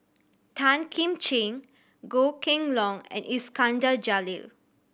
Tan Kim Ching Goh Kheng Long and Iskandar Jalil